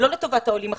לא לטובת העולים החדשים,